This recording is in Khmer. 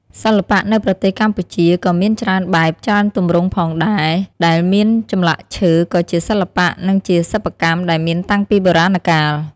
សិល្បៈនៅប្រទេសកម្ពុជាក៏មានច្រើនបែប ច្រើនទម្រង់ផងដែរដែលមានចម្លាក់ឈើក៏ជាសិល្បៈនិងជាសិប្បកម្មដែលមានតាំងពីបុរាណកាល។